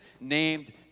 named